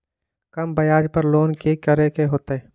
कम ब्याज पर लोन की करे के होतई?